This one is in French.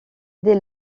des